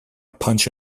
punch